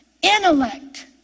intellect